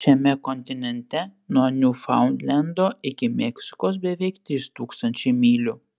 šiame kontinente nuo niūfaundlendo iki meksikos beveik trys tūkstančiai mylių